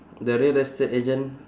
the real estate agent